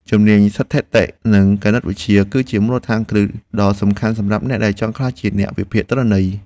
ជំនាញស្ថិតិនិងគណិតវិទ្យា គឺជាមូលដ្ឋានគ្រឹះដ៏សំខាន់សម្រាប់អ្នកដែលចង់ក្លាយជាអ្នកវិភាគទិន្នន័យ។